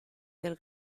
del